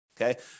Okay